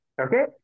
okay